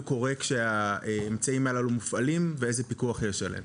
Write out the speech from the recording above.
קורה כשהאמצעים הללו מופעלים ואיזה פיקוח יש עליהם.